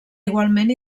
igualment